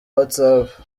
whatsapp